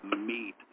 meat